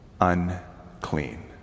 unclean